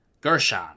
Gershon